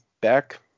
back